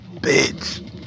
Bitch